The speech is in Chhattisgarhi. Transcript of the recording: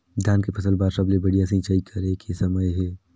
धान के फसल बार सबले बढ़िया सिंचाई करे के समय हे?